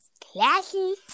Classy